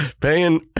Paying